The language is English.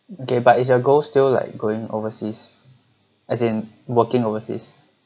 okay but is your goal still like going overseas as in working overseas